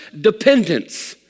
dependence